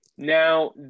Now